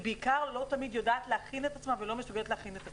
היא בעיקר לא תמיד יודעת להכין את עצמה ולא מסוגלת להכין את עצמה.